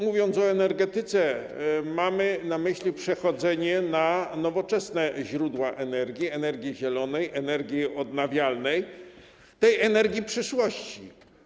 Mówiąc o energetyce, cały czas mamy na myśli przechodzenie na nowoczesne źródła energii, energii zielonej, energii odnawialnej, energii przyszłości.